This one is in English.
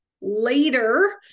later